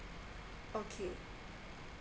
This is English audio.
okay